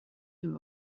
دور